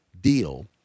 deal